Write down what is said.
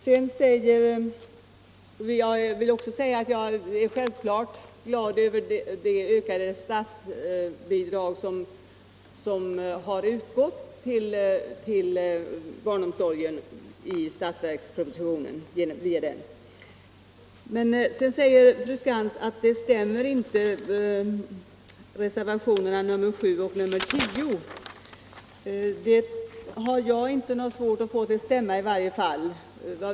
Jag är självfallet också glad över det ökade statsbidrag som föreslås i statsverkspropositionen för barnomsorgen. Fru Skantz säger att reservationerna 7 och 10 inte går ihop. Jag har inte svårt att få dem att stämma överens.